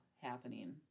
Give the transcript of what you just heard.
happening